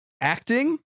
acting